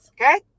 okay